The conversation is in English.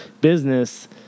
business